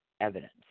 evidence